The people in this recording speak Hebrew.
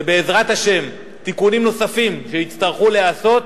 ובעזרת השם, תיקונים נוספים, שיצטרכו להיעשות,